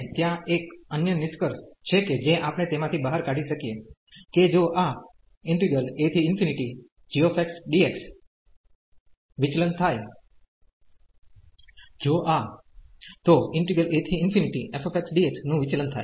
અને ત્યાં એક અન્ય નિષ્કર્ષ છે કે જે આપણે તેમાંથી બહાર કાઢી શકીએ કે જો આ ag dx વિચલન થાય જો આ તો af dx નું વિચલન થાય